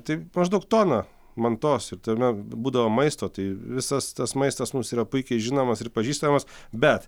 tai maždaug toną mantos ir tame būdavo maisto tai visas tas maistas mums yra puikiai žinomas ir pažįstamas bet